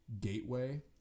gateway